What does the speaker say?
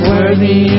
Worthy